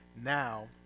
now